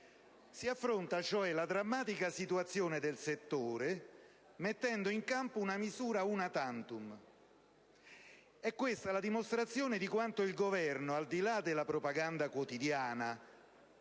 Si affronta cioè la drammatica situazione del settore: mettendo in campo una misura *una tantum*. È questa la dimostrazione di quanto il Governo, al di là della propaganda quotidiana,